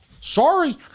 Sorry